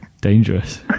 Dangerous